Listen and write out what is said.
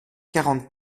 quarante